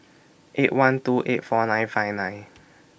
eight one two eight four nine five nine